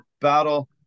battle